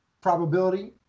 probability